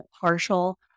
partial